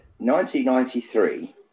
1993